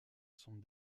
sont